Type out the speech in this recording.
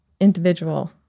individual